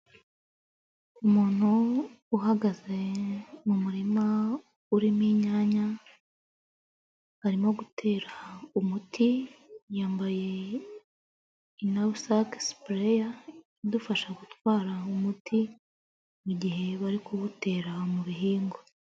Umuntu uhagaze mu murima urimo inyanya, arimo gutera umuti, yambaye ino saka sipureya idufasha gutwara umuti mugihe bari kuwutera mu bihingwa.